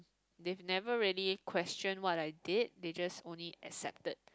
they've never really questioned what I did they just only accepted